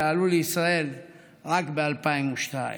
שעלו לישראל רק ב-2002.